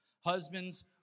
Husbands